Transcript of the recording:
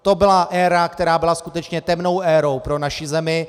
To byla éra, která byla skutečně temnou érou pro naši zemi.